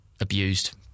abused